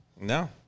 No